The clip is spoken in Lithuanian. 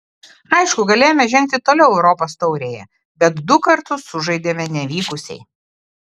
aišku galėjome žengti toliau europos taurėje bet du kartus sužaidėme nevykusiai